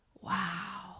Wow